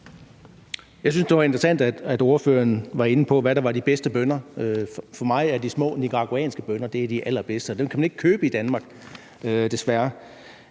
Jeg synes, det var interessant, at ordføreren var inde på, hvad der var de bedste bønner. For mig er de små nicaraguanske bønner de allerbedste, og dem kan man ikke købe i Danmark, desværre.